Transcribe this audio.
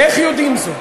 ואיך יודעים זאת?